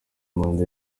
manda